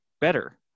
better